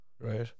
right